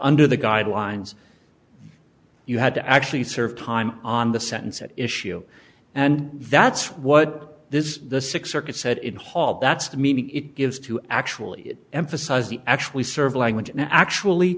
under the guidelines you had to actually serve time on the sentence at issue and that's what this is the six circuit said it hall that's the meaning it gives to actually emphasize the actually serve language and actually